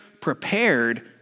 prepared